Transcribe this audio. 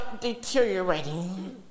deteriorating